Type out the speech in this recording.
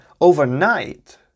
overnight